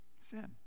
sin